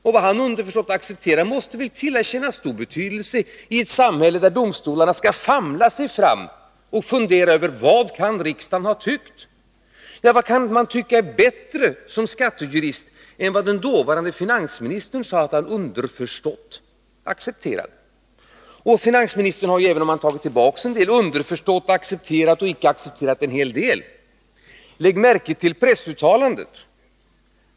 Vad han har underförstått och accepterat måste väl tillerkännas stor betydelse i ett samhälle där domstolarna skall famla sig fram och fundera över vad riksdagen kan ha tyckt. Vad kan man t.ex. som skattejurist tycka vara bättre än det som finansministern sagt att han underförstått accepterat? Finansministern har ju, även om han tagit tillbaka en del, underförstått accepterat och icke accepterat en hel del. Lägg märke till pressuttalandet!